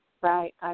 Right